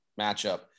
matchup